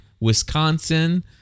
Wisconsin